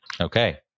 Okay